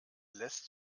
lässt